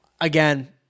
again